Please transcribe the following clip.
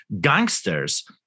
gangsters